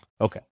Okay